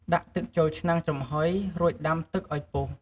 ដាក់ទឹកចូលឆ្នាំងចំហុយ រួចដាំតឹកឲ្យពុះ។